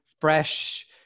fresh